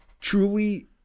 truly